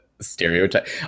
stereotype